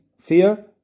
fear